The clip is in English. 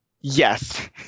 Yes